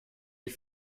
wie